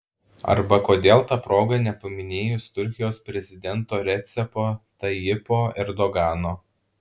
arba kodėl ta proga nepaminėjus turkijos prezidento recepo tayyipo erdogano